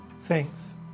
Thanks